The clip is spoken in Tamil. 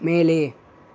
மேலே